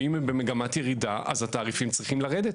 ואם הם במגמת ירידה אז התעריפים צריכים לרדת.